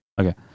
okay